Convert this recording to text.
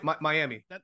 Miami